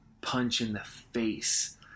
punch-in-the-face